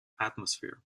atmosphere